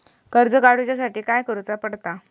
कर्ज काडूच्या साठी काय करुचा पडता?